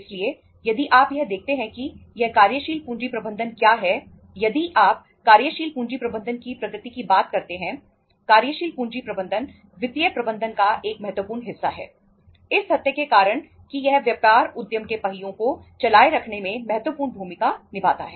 इसलिए यदि आप यह देखते हैं कि यह कार्यशील पूंजी प्रबंधन क्या है यदि आप कार्यशील पूंजी प्रबंधन की प्रकृति की बात करते हैं कार्यशील पूंजी प्रबंधन वित्तीय प्रबंधन का एक महत्वपूर्ण हिस्सा है इस तथ्य के कारण कि यह व्यापार उद्यम के पहियों को चलाए रखने में महत्वपूर्ण भूमिका निभाता है